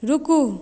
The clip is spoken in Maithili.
रुकू